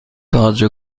تاج